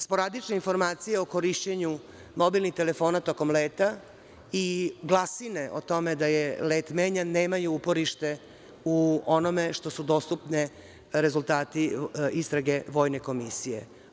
Sporadične informacije o korišćenju mobilnih telefona tokom leta i glasine o tome da je let menjan nemaju uporište u onome što su dostupni rezultati istrage vojne komisije.